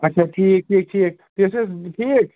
اَچھا ٹھیٖک ٹھیٖک ٹھیٖک تُہۍ ٲسوٕ حظ ٹھیٖک